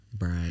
Right